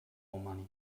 romani